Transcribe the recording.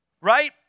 Right